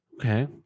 Okay